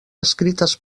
escrites